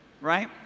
right